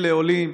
אלה עולים,